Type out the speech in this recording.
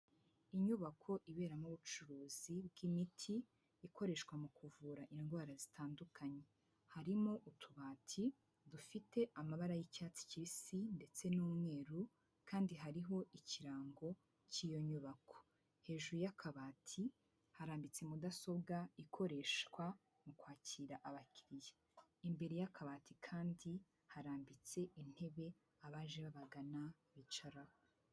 Inyubako iberamo ubucuruzi bw'imiti ikoreshwa mu kuvura indwara zitandukanye, harimo utubati dufite amabara y'icyatsi kibisi ndetse n'umweru kandi hariho ikirango cy'iyo nyubako, hejuru y'akabati harambitse mudasobwa ikoreshwa mu kwakira abakiriya, imbere y'akabati kandi harambitse intebe abaje babagana bicaraho.